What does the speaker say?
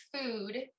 food